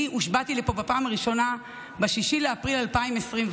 אני הושבעתי לפה בפעם הראשונה ב-6 באפריל 2021,